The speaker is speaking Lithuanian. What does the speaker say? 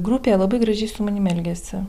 grupė labai gražiai su manim elgėsi